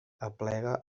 aplega